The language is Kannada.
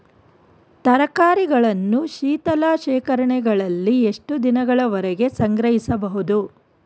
ತರಕಾರಿಗಳನ್ನು ಶೀತಲ ಶೇಖರಣೆಗಳಲ್ಲಿ ಎಷ್ಟು ದಿನಗಳವರೆಗೆ ಸಂಗ್ರಹಿಸಬಹುದು?